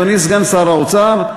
אדוני סגן שר האוצר,